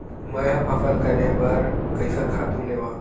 मैं ह फसल करे बर कइसन खातु लेवां?